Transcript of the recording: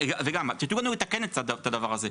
וגם, תנו לנו לתקן את הדבר הזה.